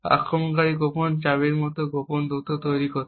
আক্রমণকারী গোপন চাবির মতো গোপন তথ্য সংগ্রহ করতে